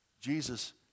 Jesus